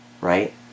right